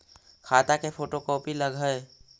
खाता के photo copy लगहै?